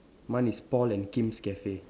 mine is Paul and Kim's cafe